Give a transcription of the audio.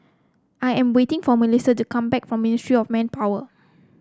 I am waiting for MelissiA to come back from Ministry of Manpower